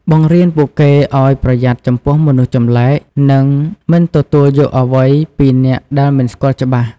បង្រៀនពួកគេឲ្យប្រយ័ត្នចំពោះមនុស្សចម្លែក និងមិនទទួលយកអ្វីពីអ្នកដែលមិនស្គាល់ច្បាស់។